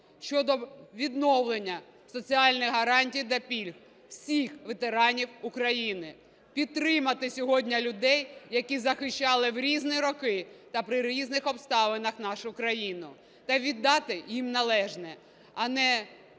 щодо відновлення соціальних гарантій та пільг всіх ветеранів України, підтримати сьогодні людей, які захищали в різні роки та при різних обставинах нашу країну та віддати їм належне, а не йти на